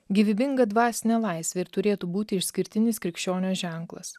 gyvybinga dvasinė laisvė ir turėtų būti išskirtinis krikščionio ženklas